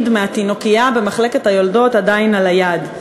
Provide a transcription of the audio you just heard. מהתינוקייה במחלקת היולדות עדיין על היד,